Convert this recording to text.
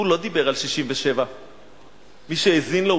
הוא לא דיבר על 1967. מי שהאזין לו,